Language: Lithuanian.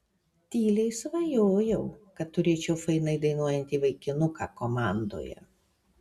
tyliai svajojau kad turėčiau fainai dainuojantį vaikinuką komandoje